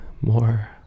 more